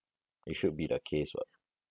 it should be the case [what]